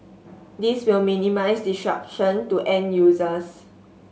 this will minimise disruption to end users